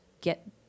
get